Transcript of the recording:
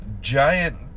giant